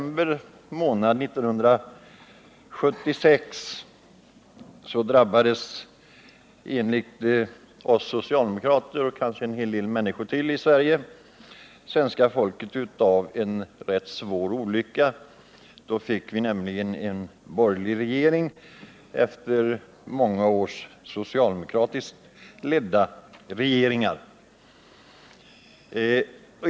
I oktober månad 1976 drabbades, enligt oss socialdemokrater och kanske enligt en hel del andra människor i Sverige, svenska folket av en rätt svår olycka. Då fick vi nämligen en borgerlig regering efter många års socialdemokratiskt ledda regeringar.